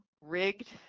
rigged